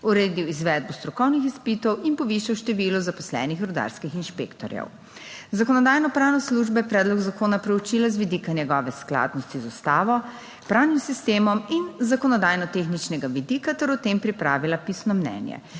uredil izvedbo strokovnih izpitov in povišal število zaposlenih rudarskih inšpektorjev. Zakonodajno-pravna služba je predlog zakona proučila z vidika njegove skladnosti z ustavo, pravnim sistemom in z zakonodajno tehničnega vidika ter o tem pripravila pisno mnenje.